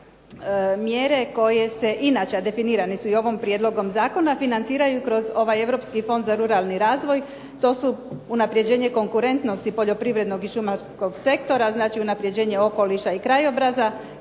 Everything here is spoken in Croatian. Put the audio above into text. inače mjere koje se, inače a definirane su i ovim prijedlogom zakona financiraju kroz ovaj Europski fond za ruralni razvoj. To su unapređenje konkurentnosti poljoprivrednog i šumarskog sektora. Znači, unapređenje okoliša i krajobraza,